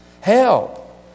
help